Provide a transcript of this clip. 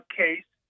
case